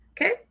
Okay